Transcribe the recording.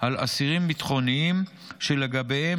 על אסירים ביטחוניים, שלגביהם